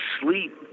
sleep